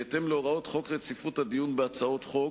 בהתאם להוראות חוק רציפות הדיון בהצעות חוק,